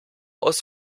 aus